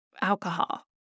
alcohol